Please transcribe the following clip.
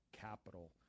capital